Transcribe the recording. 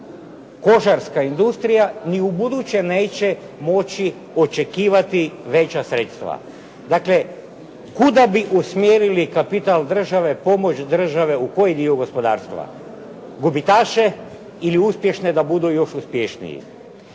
kožarska industrija ni ubuduće neće moći očekivati veća sredstva. Dakle, kuda bi usmjerili kapital države, pomoć države u koji dio gospodarstva, gubitaše ili uspješne da budu još uspješniji.